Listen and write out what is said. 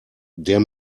der